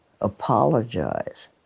apologize